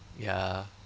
ya